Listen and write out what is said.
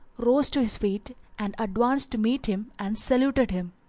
rose to his feet and advanced to meet him and saluted him.